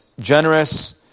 generous